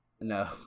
No